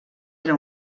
era